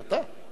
אתה.